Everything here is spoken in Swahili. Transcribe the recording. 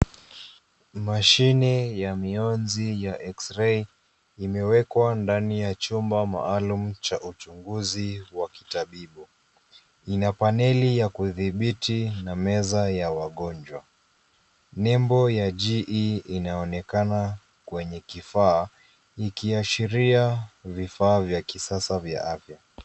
Mashine ya mionzi ya X-ray imewekwa ndani ya chumba maalum cha uchunguzi wa kitabibu. Ina paneli ya kudhibiti na meza ya wagonjwa. Nembo ya GE inaonekana kwenye kifaa ikiashiria vifaa vya kisasa vya afya.